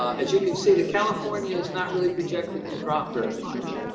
as you can see, the california is not really projected to drop very much.